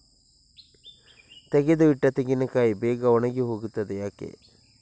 ತೆಗೆದು ಇಟ್ಟ ತೆಂಗಿನಕಾಯಿ ಬೇಗ ಒಣಗಿ ಹೋಗುತ್ತದೆ ಯಾಕೆ?